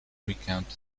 recount